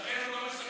לכן הוא לא,